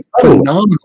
phenomenal